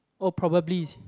oh probably